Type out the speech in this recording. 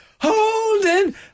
holding